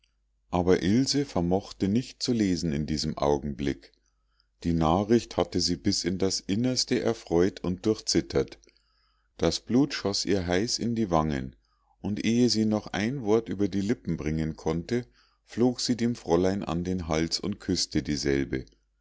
aber ilse vermochte nicht zu lesen in diesem augenblick die nachricht hatte sie bis in das innerste erfreut und durchzittert das blut schoß ihr heiß in die wangen und ehe sie noch ein wort über die lippen bringen konnte flog sie dem fräulein an den hals und küßte dieselbe